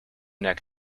neck